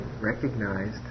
recognized